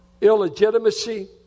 Illegitimacy